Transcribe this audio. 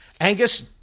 Angus